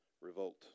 revolt